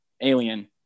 Alien